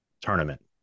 tournament